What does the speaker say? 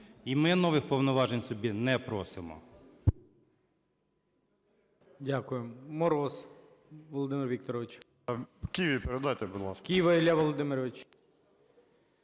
І ми нових повноважень собі не просимо.